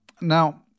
Now